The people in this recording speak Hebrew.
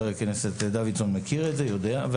חבר הכנסת דוידסון מכיר ויודע את זה.